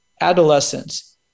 adolescence